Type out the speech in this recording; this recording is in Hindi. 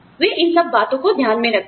वे इन सभी बातों को ध्यान में रखते हैं